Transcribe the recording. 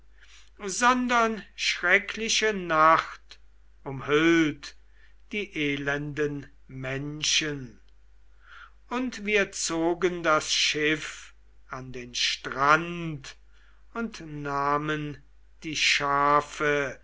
sondern schreckliche nacht umhüllt die elenden menschen und wir zogen das schiff an den strand und nahmen die schafe